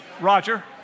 Roger